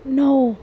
नौ